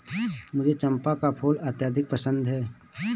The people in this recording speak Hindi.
मुझे चंपा का फूल अत्यधिक पसंद है